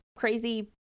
crazy